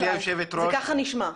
כך זה נשמע.